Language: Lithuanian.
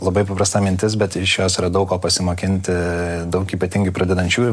labai paprasta mintis bet iš jos yra daug ko pasimokinti daug ypatingai pradedančiųjų